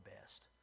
best